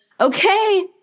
okay